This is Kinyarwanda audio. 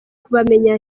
kubamenya